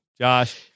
Josh